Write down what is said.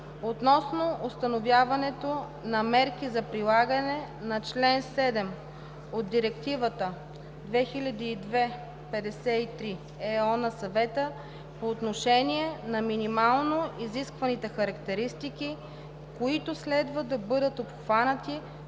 относно установяването на мерки за прилагане на член 7 от Директива 2002/53/ЕО на Съвета по отношение на минимално изискваните характеристики, които следва да бъдат обхванати